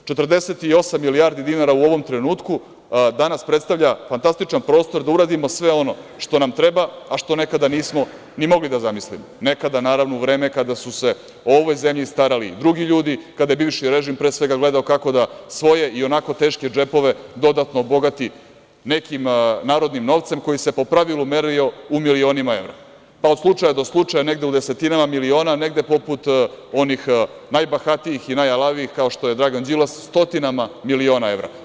Dakle, 48 milijardi dinara u ovom trenutku danas predstavlja fantastičan prostor da uradimo sve ono što nam treba, a što nekada nismo ni mogli da zamislimo, nekada u vreme kada su se o ovoj zemlji starali drugi ljudi, kada je bivši režim, pre svega, gledao kako da svoje ionako teške džepove dodatno obogati nekim narodnim novcem, koji se po pravilu merio u milionima evra, pa od slučaja do slučaja, negde u desetinama miliona, negde poput onih najbahatijih i najalavijih, kao što je Dragan Đilas, stotinama miliona evra.